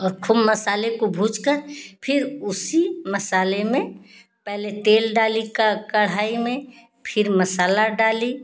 और खूब मसाले को भूजकर फिर उसी मसाले में पहले तेल डाली का कड़ाही में फिर मसाला डाली